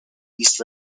east